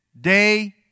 day